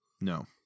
No